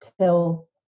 till